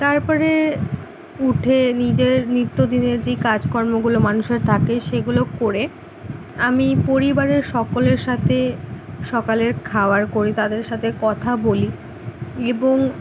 তারপরে উঠে নিজের নিত্য দিনের যেই কাজকর্মগুলো মানুষের থাকে সেগুলো করে আমি পরিবারের সকলের সাথে সকালের খাওয়ার করি তাদের সাথে কথা বলি এবং